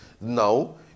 Now